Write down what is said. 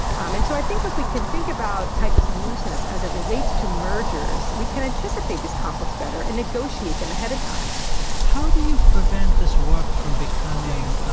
um and so i think if we can think about tightness and looseness as it relates to mergers, we can anticipate these conflicts better and negotiate them ahead of time how do you prevent this work from becoming,